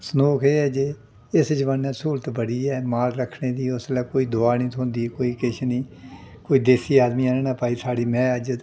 संदोख एह् ऐ जे इस जमान्नै स्हूलत बड़ी ऐ माल रक्खने दी उसलै कोई दवा निं थ्होंदी ही कोई किश निं कोई देसी आदमी आह्नना भाई साढ़ी मैंह् अज्ज